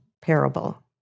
parable